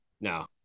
No